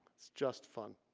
it's just fun.